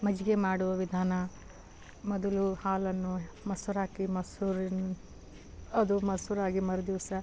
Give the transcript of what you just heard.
ಮಜ್ಜಿಗೆ ಮಾಡುವ ವಿಧಾನ ಮೊದಲು ಹಾಲನ್ನು ಮೊಸ್ರು ಹಾಕಿ ಮೊಸರಿನ್ ಅದು ಮೊಸರಾಗಿ ಮರು ದಿವಸ